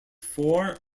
four